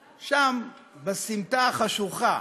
שם, בסמטה החשוכה.